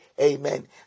amen